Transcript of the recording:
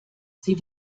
sie